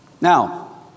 Now